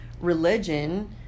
religion